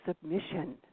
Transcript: submission